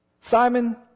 Simon